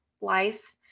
life